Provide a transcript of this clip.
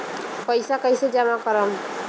पैसा कईसे जामा करम?